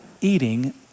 eating